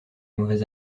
mauvais